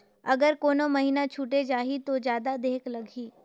अगर कोनो महीना छुटे जाही तो जादा देहेक लगही?